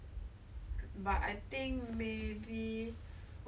比其他国家是比较贵的那种